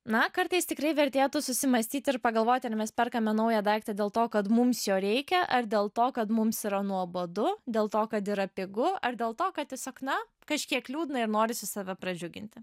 na kartais tikrai vertėtų susimąstyti ir pagalvoti ar mes perkame naują daiktą dėl to kad mums jo reikia ar dėl to kad mums yra nuobodu dėl to kad yra pigu ar dėl to kad tiesiog na kažkiek liūdna ir norisi save pradžiuginti